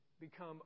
become